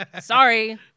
Sorry